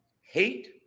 hate